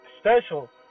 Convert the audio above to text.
special